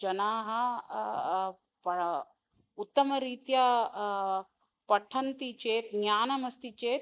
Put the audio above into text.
जनाः प उत्तमरीत्या पठन्ति चेत् ज्ञानमस्ति चेत्